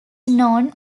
known